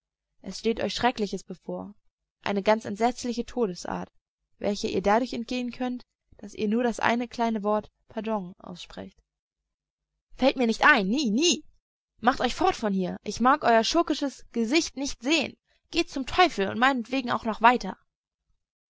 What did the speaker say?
es steht euch schreckliches bevor eine ganz entsetzliche todesart welcher ihr dadurch entgehen könnt daß ihr nur das eine kleine wort pardon aussprecht fällt mir nicht ein nie nie macht euch fort von hier ich mag euer schurkisches gesicht nicht sehen geht zum teufel und meinetwegen auch noch weiter